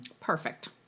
Perfect